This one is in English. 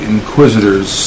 Inquisitors